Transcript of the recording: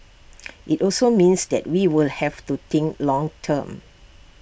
IT also means that we will have to think long term